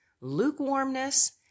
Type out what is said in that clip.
lukewarmness